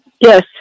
Yes